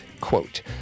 quote